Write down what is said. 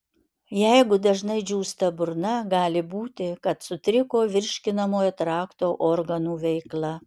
jeigu dažnai džiūsta burna gali būti kad sutriko virškinamojo trakto organų veikla